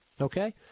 Okay